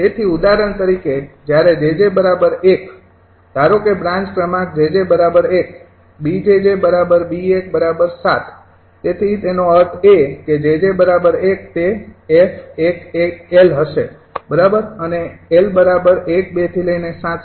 તેથી ઉદાહરણ તરીકે જ્યારે 𝑗𝑗૧ ધારો કે બ્રાન્ચ ક્રમાંક 𝑗𝑗૧ 𝐵𝑗𝑗𝐵૧૭ તેથી તેનો અર્થ એ કે 𝑗𝑗૧ તે 𝑓૧𝑙 હશે બરાબર અને 𝑙૧૨ ૭